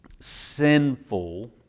sinful